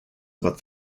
about